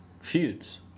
feuds